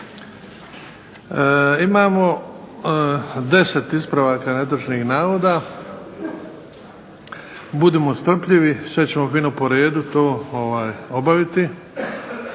Imamo 10 ispravaka netočnih navoda. Budimo strpljivi sve ćemo po redu to obaviti.